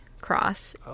cross